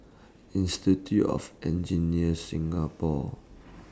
Institute of Engineers Singapore